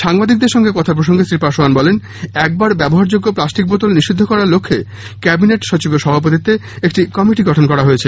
সাংবাদিকদের সঙ্গে কথা প্রসঙ্গে শ্রী পাসোয়ান বলেন একবার ব্যবহারযোগ্য প্লাস্টিক বোতল নিষিদ্ধ করার লক্ষ্যে ক্যাবিনেট সভাপতিত্বে একটি কমিটি গঠন করা হয়েছে